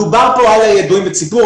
דובר פה על הידועים בציבור,